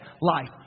life